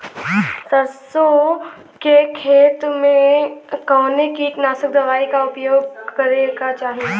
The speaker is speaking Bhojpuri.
सरसों के खेत में कवने कीटनाशक दवाई क उपयोग करे के चाही?